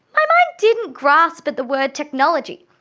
my mind didn't grasp at the word technology,